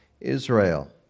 Israel